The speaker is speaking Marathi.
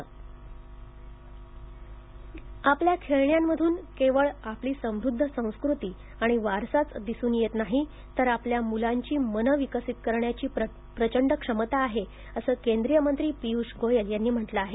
गोयल मंबई आपल्या खेळण्यांमधून केवळ आपली समृद्ध संस्कृती आणि वारसाच दिसून येत नाही तर आपल्या मुलांची मने विकसित करण्याची प्रचंड क्षमता आहेअसं केंद्रीय मंत्री पियुष गोयल यांनी म्हटलं आहे